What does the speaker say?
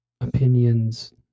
opinions